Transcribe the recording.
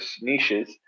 niches